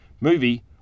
movie